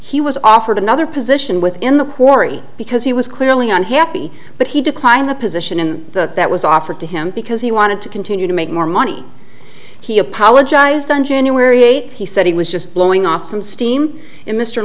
he was offered another position within the quarry because he was clearly unhappy but he declined the position in the that was offered to him because he wanted to continue to make more money he apologized on january eighth he said he was just blowing off some steam in mr